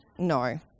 no